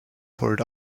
port